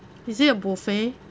is it a buffet